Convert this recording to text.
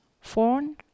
phone